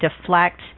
deflect